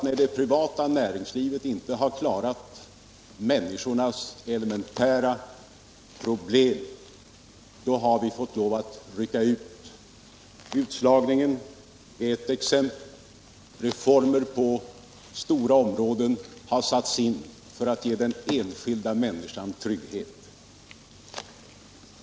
När det privata näringslivet inte har klarat människornas elementära problem har vi fått lov att rycka ut. Utslagningen är ett exempel. Stora reformer har genomförts för att ge den enskilda människan trygghet.